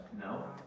No